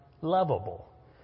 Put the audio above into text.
lovable